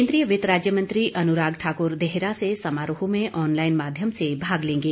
केंद्रीय वित्त राज्य मंत्री अनुराग ठाकुर देहरा से समारोह में ऑनलाइन माध्यम से भाग लेंगे